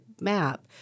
map